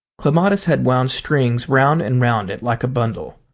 clematis had wound strings round and round it like a bundle.